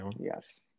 Yes